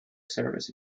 service